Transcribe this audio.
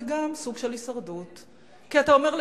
זה גם סוג של הישרדות, כי אתה אומר לשותפיך: